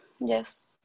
yes